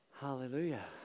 Hallelujah